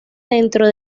dentro